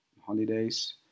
holidays